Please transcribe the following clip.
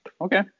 Okay